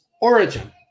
origin